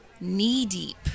knee-deep